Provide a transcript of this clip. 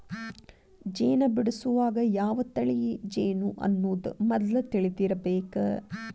ಜೇನ ಬಿಡಸುವಾಗ ಯಾವ ತಳಿ ಜೇನು ಅನ್ನುದ ಮದ್ಲ ತಿಳದಿರಬೇಕ